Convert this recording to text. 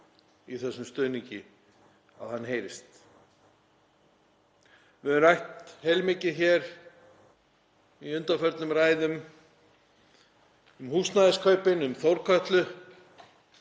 í þessum stuðningi heyrist. Við höfum rætt heilmikið hér í undanförnum ræðum um húsnæðiskaupin, um Þórkötlu